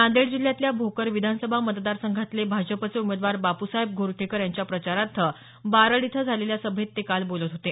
नांदेड जिल्ह्यातल्या भोकर विधानसभा मतदार संघातले भाजपचे उमेदवार बापूसाहेब गोरठेकर यांच्या प्रचारार्थ बारड इथं झालेल्या सभेत काल ते बोलत होते